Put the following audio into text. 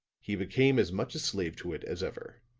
he became as much a slave to it as ever.